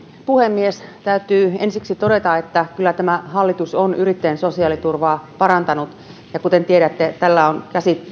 puhemies täytyy ensiksi todeta että kyllä tämä hallitus on yrittäjän sosiaaliturvaa parantanut ja kuten tiedätte täällä on